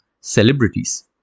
celebrities